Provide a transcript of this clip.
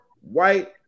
white